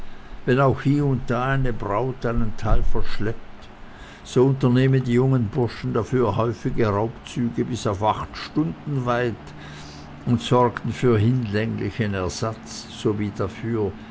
wenn auch hie und da eine braut einen teil verschleppt so unternehmen die jungen bursche dafür häufige raubzüge bis auf acht stunden weit und sorgen für hinlänglichen ersatz sowie dafür